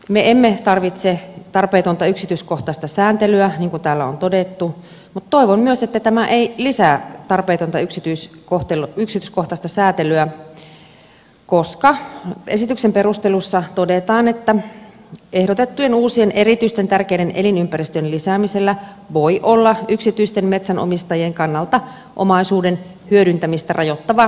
me emme tarvitse tarpeetonta yksityiskohtaista sääntelyä niin kuin täällä on todettu mutta toivon myös että tämä ei lisää tarpeetonta yksityiskohtaista säätelyä koska esityksen perusteluissa todetaan että ehdotettujen uusien erityisen tärkeiden elinympäristöjen lisäämisellä voi olla yksityisten metsänomistajien kannalta omaisuuden hyödyntämistä rajoittava vaikutus